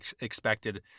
expected